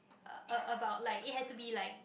uh a about like it has to be like